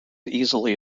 easily